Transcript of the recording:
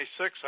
26